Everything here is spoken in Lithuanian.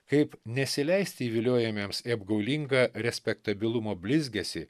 kaip nesileisti įviliojamiems į apgaulingą respektabilumo blizgesį